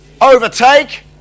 overtake